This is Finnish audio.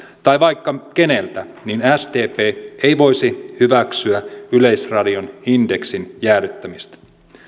tai vaikka keneltä sdp ei voisi hyväksyä yleisradion indeksin jäädyttämistä